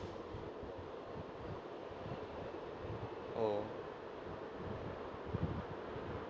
oh